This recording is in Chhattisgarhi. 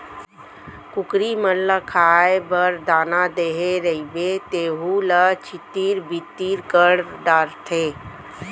कुकरी मन ल खाए बर दाना देहे रइबे तेहू ल छितिर बितिर कर डारथें